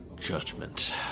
judgment